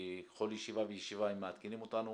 בכל ישיבה וישיבה הם מעדכנים אותנו